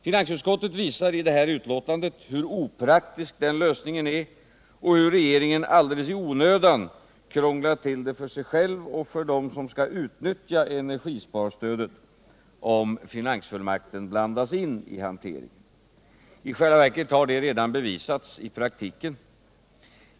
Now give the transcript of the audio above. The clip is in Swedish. Finansutskottet visar i detta betänkande hur opraktisk den lösningen är och hur regeringen, om finansfullmakten blandas in i hanteringen, alldeles i onödan krånglar till det för sig själv och för dem som skall utnyttja energisparstödet. I själva verket har det redan bevisats i praktiken.